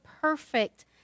perfect